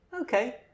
Okay